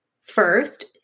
first